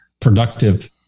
productive